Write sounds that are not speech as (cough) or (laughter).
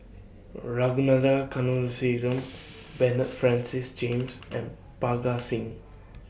Ragunathar (unintelligible) Bernard Francis James and Parga Singh